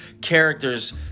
characters